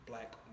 black